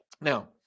Now